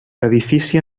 edifici